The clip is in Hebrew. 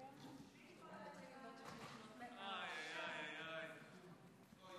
והוא עף והוטח במדרכה וכנראה פצוע קשה.